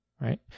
Right